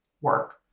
work